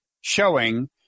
showing